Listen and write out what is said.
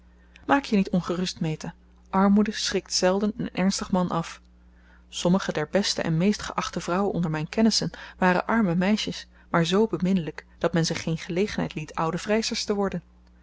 maak je niet ongerust meta armoede schrikt zelden een ernstig man af sommige der beste en meest geachte vrouwen onder mijn kennissen waren arme meisjes maar zoo beminnelijk dat men ze geen gelegenheid liet oude vrijsters te worden